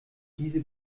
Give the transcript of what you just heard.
diese